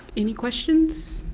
any questions?